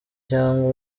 cyangwa